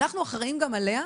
אנחנו אחראים גם עליה,